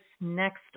next